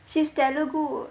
she's telugu